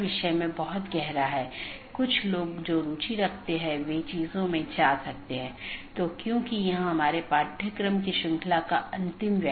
इसलिए मैं AS के भीतर अलग अलग तरह की चीजें रख सकता हूं जिसे हम AS का एक कॉन्फ़िगरेशन कहते हैं